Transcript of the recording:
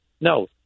No